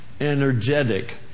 energetic